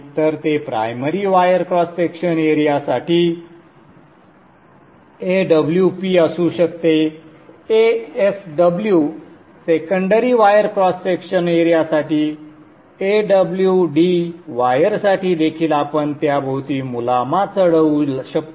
तर ते primary wire cross section एरियासाठी Awp असू शकते Asw secondary wire cross section area साठी Awd वायरसाठी देखील आपण त्याभोवती मुलामा चढवू शकतो